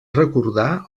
recordar